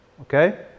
Okay